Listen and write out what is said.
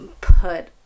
put